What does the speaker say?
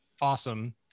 awesome